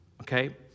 Okay